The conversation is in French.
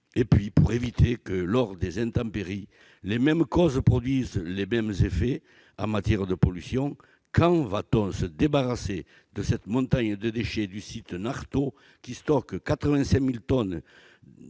Enfin, pour éviter que, lors de prochaines intempéries, les mêmes causes ne produisent les mêmes effets en matière de pollution, quand va-t-on se débarrasser de cette montagne de déchets du site de Nartaud, qui stocke 85 000 tonnes